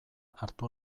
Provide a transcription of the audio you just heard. hartu